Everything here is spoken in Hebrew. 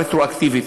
רטרואקטיבית,